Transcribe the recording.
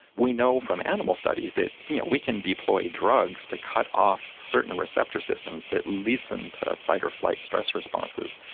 we know from animal studies that we can deploy drugs to cut off certain receptor systems that listen to fight or flight stress responses,